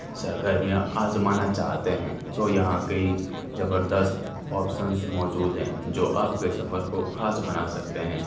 سرگرمیاں آزمانہ چاہتے ہیں تو یہاں کی زبردست آپسنس موجود ہیں جو آپ کے سفر کو خاص بنا سکتے ہیں